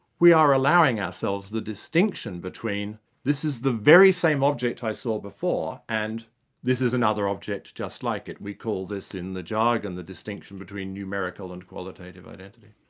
we are allowing ourselves the distinction between this is the very same object i saw before, and this is another object just like it. we call this in the jargon the distinction between numerical and qualitative identity.